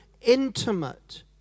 intimate